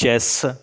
chess